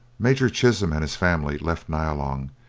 major chisholm and his family left nyalong,